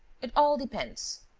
it all depends.